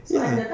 ya